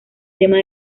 tema